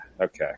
okay